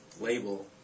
label